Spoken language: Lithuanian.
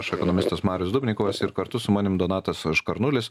aš ekonomistas marius dubnikovas ir kartu su manim donatas škarnulis